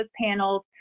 panels